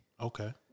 Okay